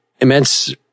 immense